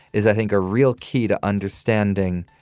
is, i think, a real key to understanding,